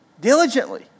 diligently